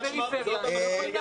רואים,